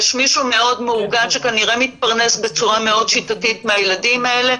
יש מישהו מאוד מאורגן שכנראה מתפרנס בצורה מאוד שיטתית מהילדים האלה,